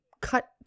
cut